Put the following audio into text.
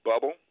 bubble